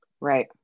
right